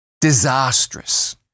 Disastrous